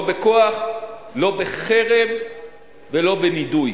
לא בכוח, לא בחרם ולא בנידוי.